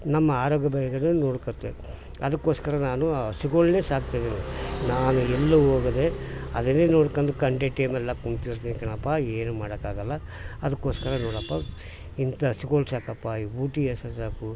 ನಮ್ಮ ಆರೋಗ್ಯ ಭಾಗ್ಯ ನೋಡ್ಕತೆ ಅದಕ್ಕೋಸ್ಕರ ನಾನು ಆ ಹಸುಗಳ್ನೆ ಸಾಕ್ತಾಯಿದೀನಿ ನಾನು ಎಲ್ಲೂ ಹೋಗದೆ ಅದನ್ನೇ ನೋಡ್ಕಂಡು ಕೂತಿರ್ತೀನ್ ಕಣಪ್ಪ ಏನು ಮಾಡೋಕ್ಕಾಗಲ್ಲ ಅದಕ್ಕೋಸ್ಕರ ನೋಡಪ್ಪ ಇಂಥ ಹಸುಗಳ್ ಸಾಕಪ್ಪ ಈ ಹಸು ಸಾಕು